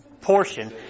portion